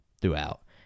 throughout